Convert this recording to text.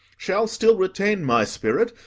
shall still retain my spirit,